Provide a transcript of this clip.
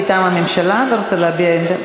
מטעם הממשלה ורוצה להביע עמדה?